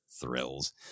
thrills